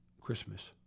Christmas